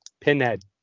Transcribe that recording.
Pinhead